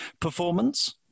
performance